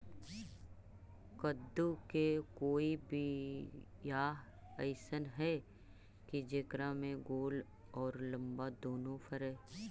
कददु के कोइ बियाह अइसन है कि जेकरा में गोल औ लमबा दोनो फरे?